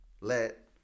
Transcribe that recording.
let